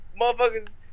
motherfuckers